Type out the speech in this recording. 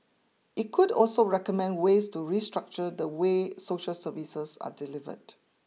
it could also recommend ways to restructure the way social services are delivered